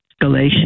Galatia